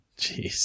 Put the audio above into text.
jeez